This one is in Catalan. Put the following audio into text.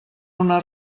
una